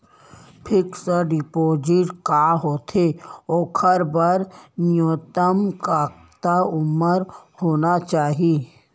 Fix deposit का होथे ओखर बर न्यूनतम कतका उमर होना चाहि?